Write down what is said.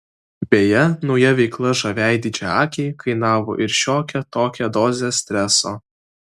beje nauja veikla žaviajai didžiaakei kainavo ir šiokią tokią dozę streso